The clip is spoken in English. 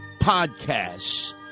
podcasts